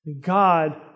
God